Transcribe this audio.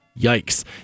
Yikes